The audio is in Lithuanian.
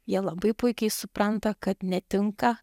jie labai puikiai supranta kad netinka